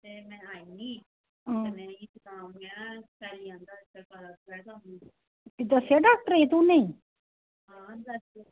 ते तू दस्सेआ डाक्टरै ई जां नेईं